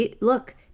Look